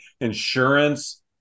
Insurance